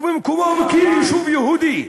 ובמקומו הוא מקים יישוב יהודי.